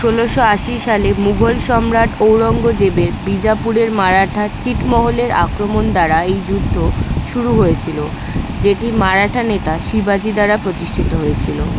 ষোলোশো আশি সালে মুঘল সম্রাট ঔরঙ্গজেবের বিজাপুরের মারাঠা ছিটমহলের আক্রমণ দ্বারা এই যুদ্ধ শুরু হয়েছিল যেটি মারাঠা নেতা শিবাজী দ্বারা প্রতিষ্ঠিত হয়েছিল